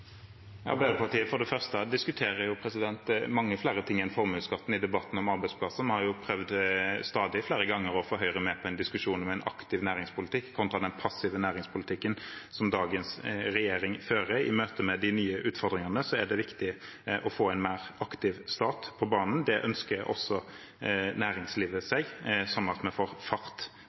Arbeiderpartiet diskuterer for det første mange flere ting enn formuesskatten i debatten om arbeidsplasser. Vi har prøvd stadig flere ganger å få Høyre med på en diskusjon om en aktiv næringspolitikk, kontra den passive næringspolitikken som dagens regjering fører. I møte med de nye utfordringene er det viktig å få en mer aktiv stat på banen. Det ønsker også næringslivet seg, sånn at vi får fart